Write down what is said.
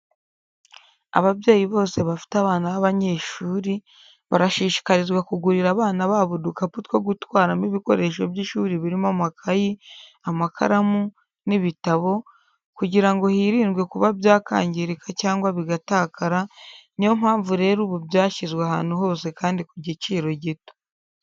Ababyeyi bose bafite abana b'abanyeshuri barashishikarizwa kugurira abana babo udukapu two gutwaramo ibikoresho by'ishuri birimo amakayi, amakaramu n'ibitabo kugira ngo hirindwe kuba byakangirika cyangwa bigatakara, niyompamvu rero ubu byashyizwe ahantu hose kandi ku giciro gito.